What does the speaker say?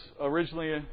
originally